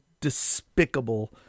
despicable